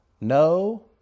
No